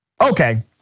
Okay